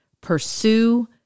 pursue